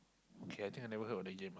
okay I think I never heard of that game ah